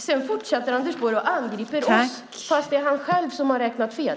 Sedan fortsätter Anders Borg att angripa oss fast det är han själv som har räknat fel.